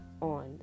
on